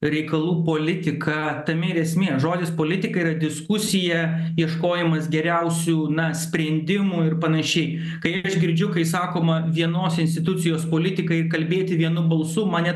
reikalų politika tame ir esmė žodis politika yra diskusija ieškojimas geriausių na sprendimų ir panašiai kaip aš girdžiu kai sakoma vienos institucijos politika ir kalbėti vienu balsu mane